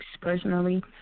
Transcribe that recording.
personally